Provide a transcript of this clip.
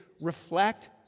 reflect